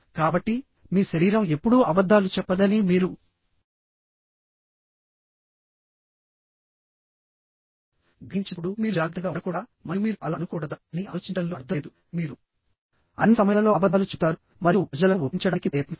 కాబట్టి మీ శరీరం ఎప్పుడూ అబద్ధాలు చెప్పదని మీరు గ్రహించినప్పుడుమీరు జాగ్రత్తగా ఉండకూడదా మరియు మీరు అలా అనుకోకూడదాఅని ఆలోచించడంలో అర్థం లేదు మీరు అన్ని సమయాలలో అబద్ధాలు చెబుతారు మరియు ప్రజలను ఒప్పించడానికి ప్రయత్నిస్తారు